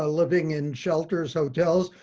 ah living in shelters, hotels,